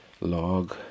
log